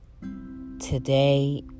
Today